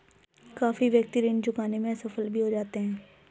काफी व्यक्ति ऋण चुकाने में असफल भी हो जाते हैं